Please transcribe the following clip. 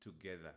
together